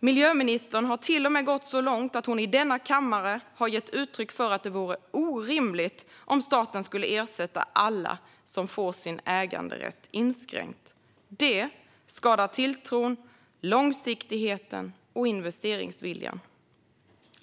Miljöministern har till och med gått så långt att hon i denna kammare har gett uttryck för att det vore orimligt om staten skulle ersätta alla som får sin äganderätt inskränkt. Det skadar tilltron, långsiktigheten och investeringsviljan.